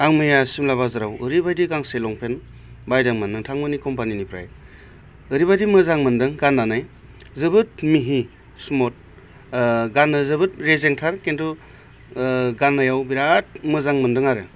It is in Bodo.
आं मैया सिमला बाजाराव ओरैबायदि गांसे लंपेन बायदोंमोन नोंथांमोननि कम्पानिनि फ्राय ओरैबायदि मोजां मोनदों गान्नानै जोबोद मिहि स्मुट गान्नो जोबोद रेजेंथार खिन्थु गान्नायाव बिराथ मोजां मोनदों आरो